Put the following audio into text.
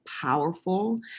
powerful